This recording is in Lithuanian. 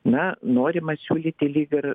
na norima siūlyti lyg ir